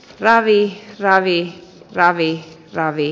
ravit ravi kc ravi kc ravi